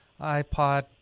iPod